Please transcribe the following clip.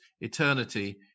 eternity